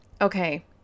Okay